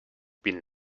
been